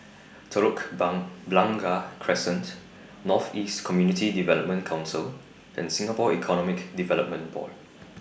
Telok Bun Blangah Crescent North East Community Development Council and Singapore Economic Development Board